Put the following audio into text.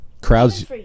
crowds